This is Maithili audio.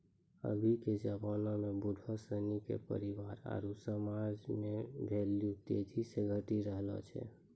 अभी के जबाना में बुढ़ो सिनी के परिवार आरु समाज मे भेल्यू तेजी से घटी रहलो छै